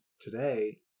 today